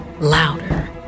louder